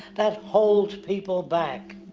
that holds people back.